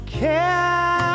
care